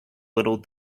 little